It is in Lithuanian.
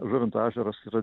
žuvinto ežeras yra